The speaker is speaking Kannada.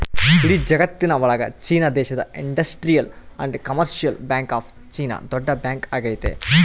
ಇಡೀ ಜಗತ್ತಿನ ಒಳಗ ಚೀನಾ ದೇಶದ industrial and commercial bank of China ದೊಡ್ಡ ಬ್ಯಾಂಕ್ ಆಗೈತೆ